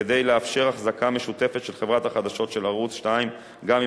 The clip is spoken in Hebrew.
כדי לאפשר אחזקה משותפת של חברת החדשות של ערוץ-2 גם אם